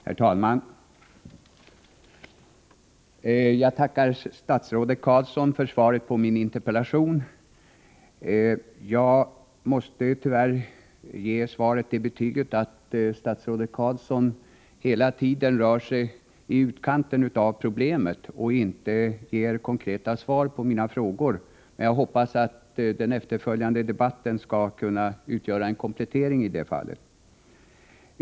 Herr talman! Jag tackar statsrådet Carlsson för svaret på min interpellation. Jag måste tyvärr ge svaret det betyget att statsrådet hela tiden rör sig i utkanten av problemet och inte ger konkreta svar på mina frågor. Jag hoppas att den efterföljande debatten skall kunna utgöra en komplettering i det fallet.